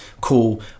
cool